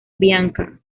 bianca